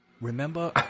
remember